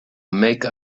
make